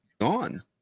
gone